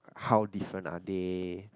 how different are they